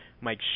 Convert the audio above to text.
Mike